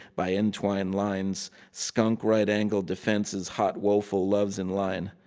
by entwined lines. skunk right-angled defenses, hot woeful loves in line.